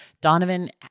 Donovan